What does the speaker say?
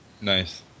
Nice